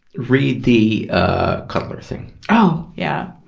read the, ah, cuddler thing. oh, yeah!